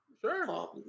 Sure